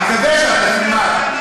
אני מקווה שאתה תלמד.